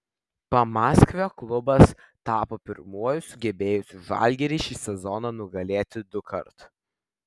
pamaskvio klubas tapo pirmuoju sugebėjusiu žalgirį šį sezoną nugalėti dukart